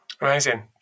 Amazing